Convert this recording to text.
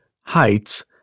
heights